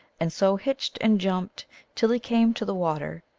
and so hitched and jumped till he came to the water,